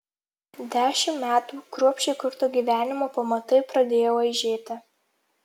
dešimt metų kruopščiai kurto gyvenimo pamatai pradėjo aižėti